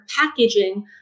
packaging